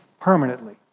permanently